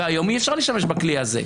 והיום אי-אפשר להשתמש בכלי הזה.